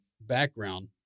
background